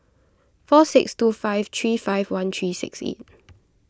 four six two five three five one three six eight